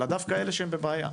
אלא דווקא אלה שהם בבעיה.